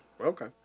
Okay